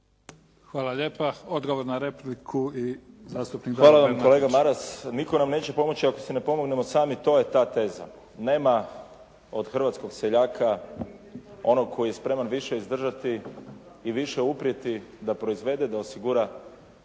razumije se./ … **Bernardić, Davor (SDP)** Hvala vam kolega Maras. Nitko nam neće pomoći ako si ne pomognemo sami. To je ta teza. Nema od hrvatskog seljaka onog koji je spreman više izdržati i više uprijeti da proizvede, da osigura